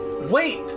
Wait